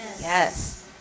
Yes